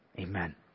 Amen